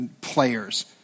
players